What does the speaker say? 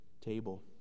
table